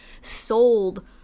sold